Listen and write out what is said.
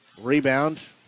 Rebound